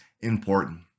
important